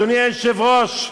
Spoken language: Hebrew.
אדוני היושב-ראש,